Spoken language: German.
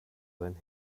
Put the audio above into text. seinen